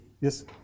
Yes